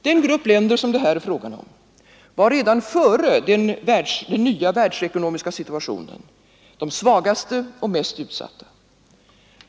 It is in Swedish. Den grupp länder som det här är fråga om var redan före den nya världsekonomiska situationen de svagaste och mest utsatta.